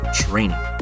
training